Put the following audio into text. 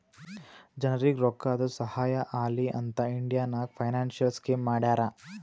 ಜನರಿಗ್ ರೋಕ್ಕಾದು ಸಹಾಯ ಆಲಿ ಅಂತ್ ಇಂಡಿಯಾ ನಾಗ್ ಫೈನಾನ್ಸಿಯಲ್ ಸ್ಕೀಮ್ ಮಾಡ್ಯಾರ